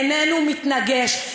איננו מתנגש,